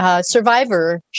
survivor